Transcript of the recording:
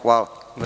Hvala.